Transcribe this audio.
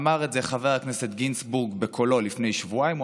אמר את זה חבר הכנסת גינזבורג בקולו לפני שבועיים.